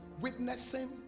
witnessing